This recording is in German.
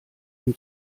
ihm